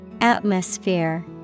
Atmosphere